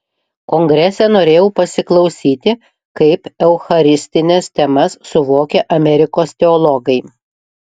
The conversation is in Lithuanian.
kongrese norėjau pasiklausyti kaip eucharistines temas suvokia amerikos teologai